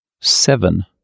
seven